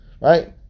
right